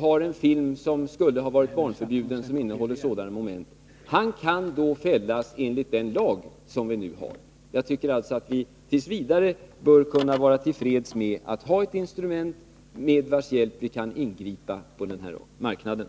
moment att den skulle ha blivit barnförbjuden, kan fällas enligt nuvarande lag. Jag tycker alltså att vi t. v. kan vara till freds med att vi har ett instrument med vars hjälp vi kan ingripa på denna marknad.